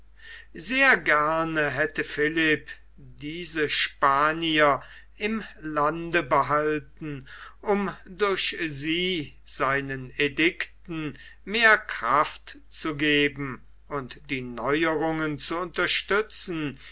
sehr gerne hätte philipp diese spanier im lande behalten um durch sie seinen edikten mehr kraft zu geben und die neuerungen zu unterstützen